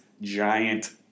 giant